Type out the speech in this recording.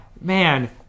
man